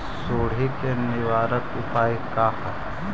सुंडी के निवारक उपाय का हई?